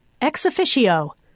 Ex-officio